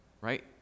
right